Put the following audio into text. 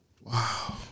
Wow